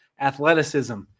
athleticism